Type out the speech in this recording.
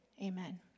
Amen